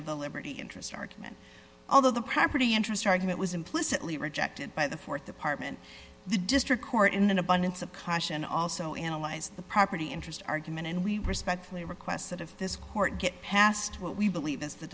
of the liberty interest argument although the property interest argument was implicitly rejected by the th department the district court in an abundance of caution also analyze the property interest argument and we respectfully request that of this court get past what we believe is the